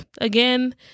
again